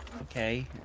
Okay